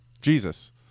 Jesus